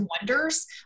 wonders